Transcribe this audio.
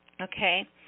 okay